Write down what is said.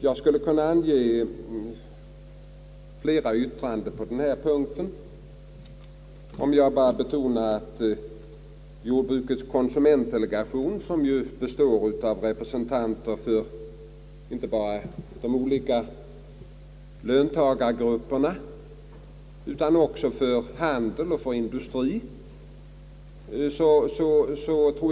Jag skulle kunna ange flera yttranden i det avseendet, men jag pekar bara på jordbruksnämndens konsumentdelegation, som består av representanter för inte bara de olika löntagargrupperna, utan också handel och industri.